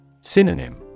Synonym